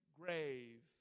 grave